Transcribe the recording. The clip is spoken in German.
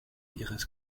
ihres